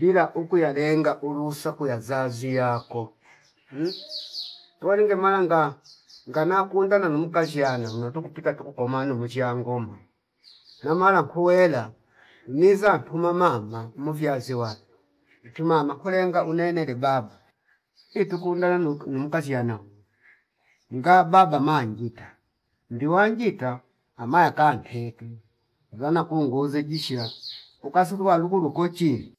bila uku yalenga ulu saku yazazi yako tuwalinge malanga ngana kunda nalu mukaziyana muno tukupita tuku pamano munji ya ngoma namna kuwela iniza tuma maama umivia washe wande ntu mama kulenga unenele babwa itu kundala nok imuka ziya nawima munga baba manjinta ndiwa njita amaya kampepe uzana kuungoze jishiya ukasutu waluku lukochi